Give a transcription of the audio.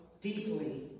deeply